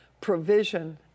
provision